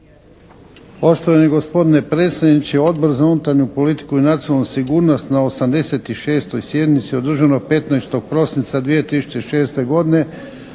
Poštovani gospodine predsjedniče. Odbor za unutarnju politiku i nacionalnu sigurnost na 86. sjednici održanoj 15. prosinca 2006. godine